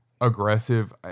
aggressive